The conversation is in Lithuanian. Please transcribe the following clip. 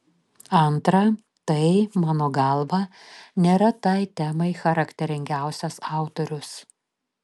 antra tai mano galva nėra tai temai charakteringiausias autorius